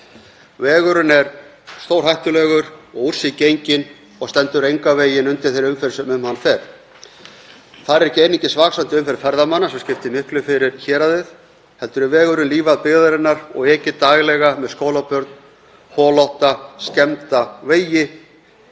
Vegurinn er stórhættulegur og úr sér genginn og stendur engan veginn undir þeirri umferð sem um hann fer. Þar er ekki einungis vaxandi umferð ferðamanna, sem skiptir miklu fyrir héraðið, heldur er vegurinn lífæð byggðarinnar og ekið daglega með skólabörn um holótta skemmda vegi